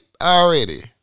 Already